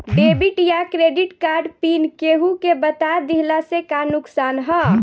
Debit या credit card pin केहूके बता दिहला से का नुकसान ह?